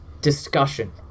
discussion